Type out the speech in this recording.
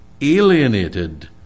alienated